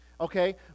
Okay